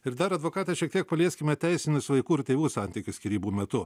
ir dar advokate šiek tiek palieskime teisinius vaikų ir tėvų santykius skyrybų metu